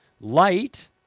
light